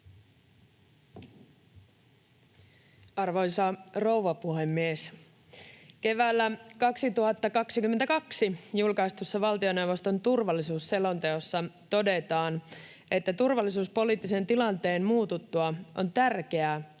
Arvoisa rouva puhemies! Keväällä 2022 julkaistussa valtioneuvoston turvallisuusselonteossa todetaan, että ”turvallisuuspoliittisen tilanteen muututtua on tärkeää,